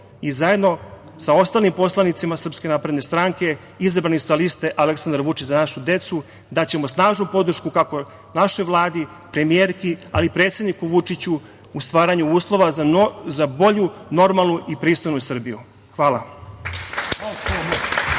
i zajedno sa ostalim poslanicima SNS, izabrani sa liste „Aleksandar Vučić – Za našu decu“, daćemo snažnu podršku kako našoj Vladi, premijerki, ali i predsedniku Vučiću u stvaranju uslova za bolju, normalnu i pristojnu Srbiju. Hvala.